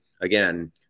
Again